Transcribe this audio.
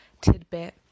tidbit